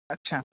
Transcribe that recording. अच्छा